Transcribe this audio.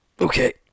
Okay